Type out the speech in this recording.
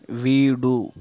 வீடு